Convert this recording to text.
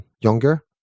younger